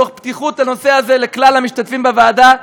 תוך פתיחות לנושא הזה של כלל המשתתפים בוועדה,